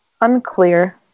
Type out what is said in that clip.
Unclear